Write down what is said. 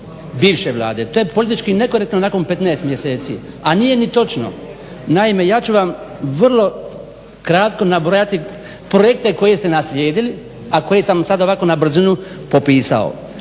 bivše Vlade. To je politički nekorektno nakon 15 mjeseci, a nije ni točno. Naime, ja ću vam vrlo kratko nabrojati projekte koje ste naslijedili, a koje sam sad ovako na brzinu popisao.